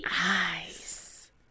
eyes